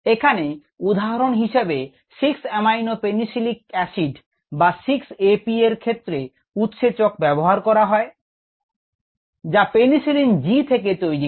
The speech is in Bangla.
এখানে উদাহরণ হিসেবে 6 এমাইনো পেনিসিলানিক অ্যাসিড বা 6 APA এর ক্ষেত্রে উৎসেচক ব্যবহার করা হয় যা পেনিসিলিন G থেকে তৈরি করে